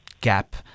gap